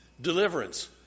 Deliverance